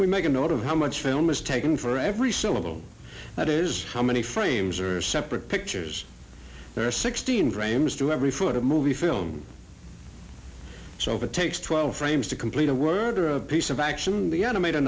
we make a note of how much film is taken for every syllable that is how many frames are separate pictures there are sixteen frames to every foot of movie film so if it takes twelve frames to complete a word or a piece of action the